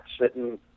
sitting